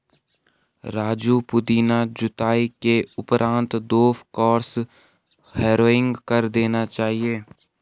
राजू पुदीना जुताई के उपरांत दो क्रॉस हैरोइंग कर देना चाहिए